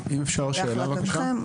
זה להחלטתכם.